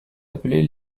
appelés